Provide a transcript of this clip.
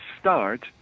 start